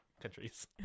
countries